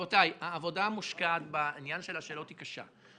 רבותי, העבודה המושקעת בעניין השאלות קשה.